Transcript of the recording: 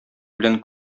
белән